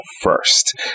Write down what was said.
first